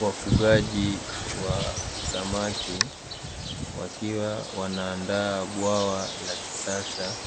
Wafugaji wa samaki wakiwa wanaandaa bwawa la kisasa